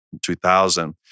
2000